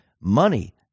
money